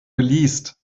geleast